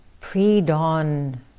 pre-dawn